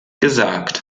gesagt